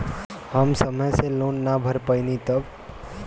हम समय से लोन ना भर पईनी तब?